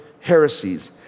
heresies